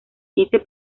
quince